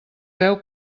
veu